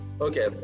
okay